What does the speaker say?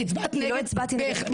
הצבעת נגד.